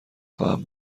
خواهم